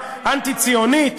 להגיד שזאת חקיקה אנטי-ציונית,